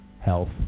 health